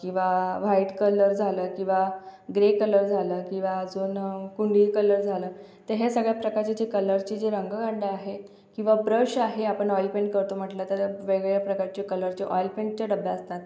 किंवा white colour झालं किंवा ग्रे कलर झालं किंवा अजून कुंडी कलर झालं तर हे सगळ्या प्रकारचे जे कलरचे जे रंगकांड्या आहेत किंवा ब्रश आहे आपण ऑइलपेंट करतो म्हटलं तर वेगवेगळ्या प्रकारचे कलरचे ऑइलपेंटच्या डब्ब्या असतात